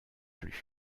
plus